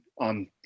on